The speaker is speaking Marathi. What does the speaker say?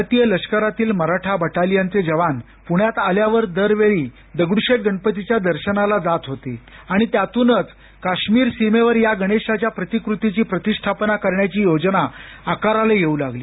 भारतीय लष्करातील मराठा बटालियनचे जवान पुण्यात आल्यावर दरवेळी दगडूशेठ गणपतीच्या दर्शनाला जात होते आणि त्यातूनच काश्मीर सीमेवर या गणेशाच्या प्रतिकृतीची प्रतिष्ठापना करण्याची योजना आकाराला येऊ लागली